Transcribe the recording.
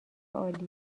عالی